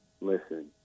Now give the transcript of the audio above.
Listen